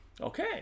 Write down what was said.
okay